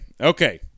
okay